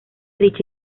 dicha